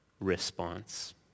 response